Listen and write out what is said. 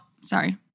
sorry